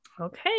Okay